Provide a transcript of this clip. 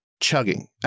Chugging